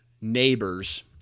neighbors